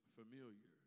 familiar